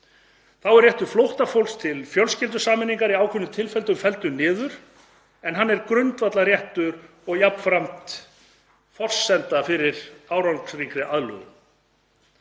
Þá er réttur flóttafólks til fjölskyldusameiningar í ákveðnum tilfellum felldur niður en hann er grundvallarréttur og jafnframt forsenda fyrir árangursríkri aðlögun.